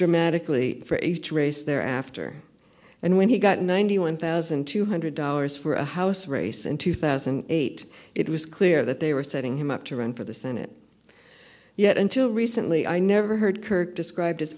dramatically for each race there after and when he got ninety one thousand two hundred dollars for a house race in two thousand and eight it was clear that they were setting him up to run for the senate yet until recently i never heard kirk described as